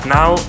now